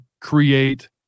create